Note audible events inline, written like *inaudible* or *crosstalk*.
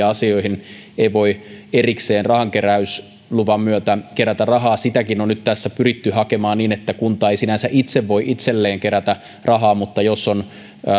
*unintelligible* asioihin ei voi erikseen rahankeräysluvan myötä kerätä rahaa sitäkin on nyt tässä pyritty hakemaan niin että kunta ei sinänsä itse voi itselleen kerätä rahaa mutta jos on